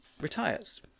retires